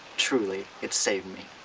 truly it saved me.